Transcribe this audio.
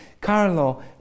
Carlo